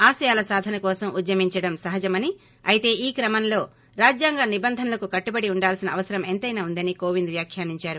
ఆశయాల సాధన కోసం ఉద్యమించడం సహజమని అయితే ఈ క్రమంలో రాజ్యాంగ నిబంధనలకు కట్టుబడి ఉండాల్సిన అవసరం ఎంతైనా ఉందని కోవింద్ వ్యాఖ్యానించారు